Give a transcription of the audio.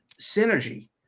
synergy